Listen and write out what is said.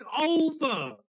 over